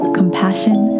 compassion